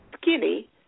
skinny